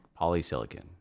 polysilicon